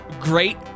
great